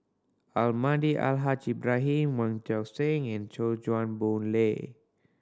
Almahdi Al Haj Ibrahim Wong Seng and Chuan Boon Lay